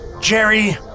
jerry